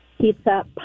pizza